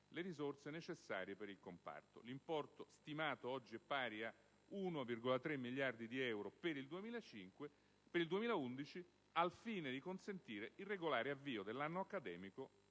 le risorse necessarie per il comparto, per un importo stimato pari ad 1,3 miliardi di euro per il 2011, al fine di consentire il regolare avvio dell'anno accademico,